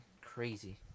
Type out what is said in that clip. Crazy